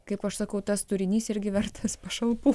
kaip aš sakau tas turinys irgi vertas pašalpų